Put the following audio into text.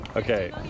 Okay